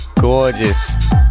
gorgeous